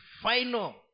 final